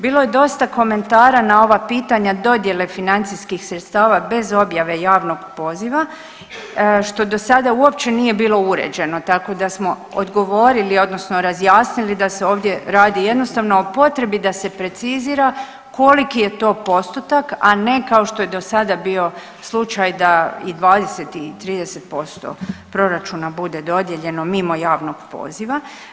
Bilo je dosta komentara na ova pitanja dodjele financijskih sredstava bez objave javnog poziva, što do sada uopće nije bilo uređeno, tako da smo odgovorili, odnosno razjasnili da se ovdje radi jednostavno o potrebi da se precizira koliki je to postotak, a ne kao što je to do sada bio slučaj da i 20 i 30% proračuna bude dodijeljeno mimo javnog poziva.